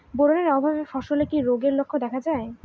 Boron এর অভাবে ফসলে কি রোগের লক্ষণ দেখা যায়?